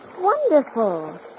Wonderful